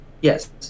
yes